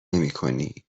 نمیکنی